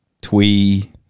Twee